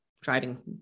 driving